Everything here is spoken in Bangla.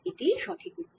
এটিই সঠিক উত্তর